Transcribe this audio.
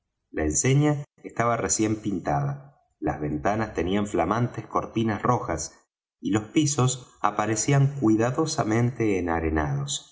la enseña estaba recién pintada las ventanas tenían flamantes cortinas rojas y los pisos aparecían cuidadosamente enarenados el